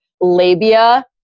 labia